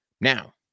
Now